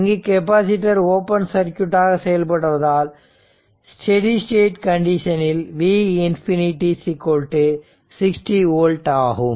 இங்கு capacitor open circuit ஆக செயல்படுவதால் ஸ்டெடி ஸ்டேட் கண்டிஷனில் V ∞ 60 ஓல்ட் ஆகும்